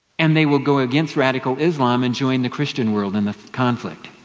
and they will go against radical islam and join the christian world in the conflict.